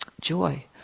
joy